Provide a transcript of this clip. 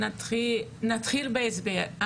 נתחיל בהסבר.